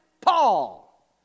Paul